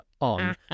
on